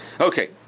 Okay